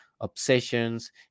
obsessions